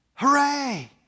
Hooray